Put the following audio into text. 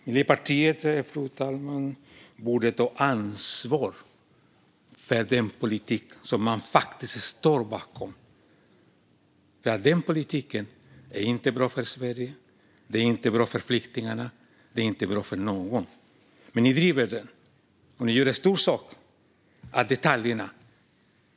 Miljöpartiet borde ta ansvar för den politik som det står bakom. Den politiken är inte bra för Sverige, den är inte bra för flyktingarna och den är inte bra för någon. Men Miljöpartiet driver den och gör stor sak av detaljerna.